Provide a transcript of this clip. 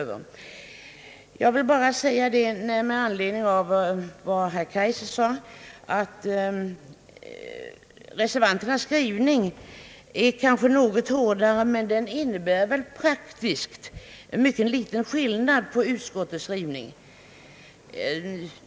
Med anledning av herr Kaijsers yttrande vill jag bara säga, att reservanternas skrivning måhända är något hårdare än utskottets skrivning. Den verkliga skillnaden är dock mycket liten.